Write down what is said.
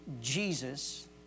Jesus